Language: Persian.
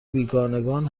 بیگانگان